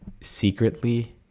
secretly